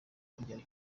kujyayo